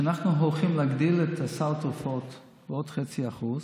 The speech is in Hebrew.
שאנחנו הולכים להגדיל את סל התרופות בעוד 0.5%,